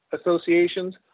associations